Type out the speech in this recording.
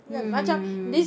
mm mm mm mm mm